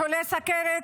לחולי סכרת,